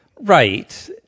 right